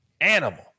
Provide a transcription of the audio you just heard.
animal